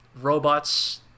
robots